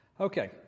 Okay